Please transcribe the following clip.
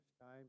time